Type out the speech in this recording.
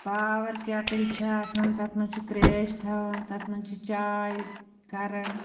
power کیٹٕلۍ چھِ آسان تَتھ منٛز چھِ ترٛیش تھاوان تہٕ تَتھ منٛز چھِ چاے کران